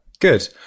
Good